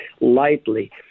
lightly